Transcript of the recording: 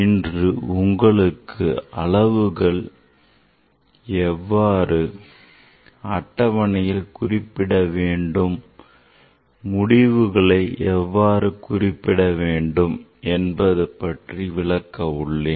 இன்று உங்களுக்கு அளவுகளை எவ்வாறு அட்டவணையில் குறிப்பிட வேண்டும் முடிவுகளை எவ்வாறு குறிப்பிட வேண்டும் என்பது பற்றி விளக்க உள்ளேன்